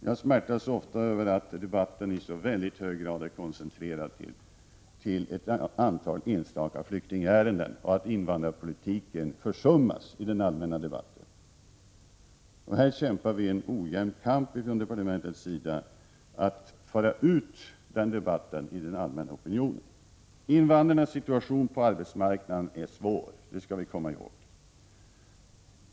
Jag smärtas ofta över att debatten i så hög grad är koncentrerad till ett antal enstaka flyktingärenden och att invandrarpolitiken försummas i den allmänna debatten. Vi kämpar en ojämn kamp på departementet för att föra ut debatten till allmänheten. Invandrarnas situation på arbetsmarknaden är svår — det skall vi komma ihåg.